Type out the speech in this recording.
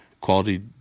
quality